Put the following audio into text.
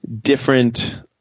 different